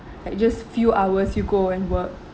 like just few hours you go and work